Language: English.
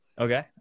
Okay